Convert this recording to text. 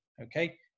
okay